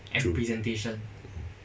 true mm